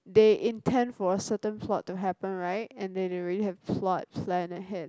they intend for a certain plot to happen right and they they already have plot plan ahead